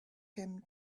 him